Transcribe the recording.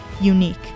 unique